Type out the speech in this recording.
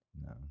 no